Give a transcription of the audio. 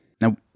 Now